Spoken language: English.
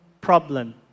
problem